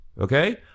Okay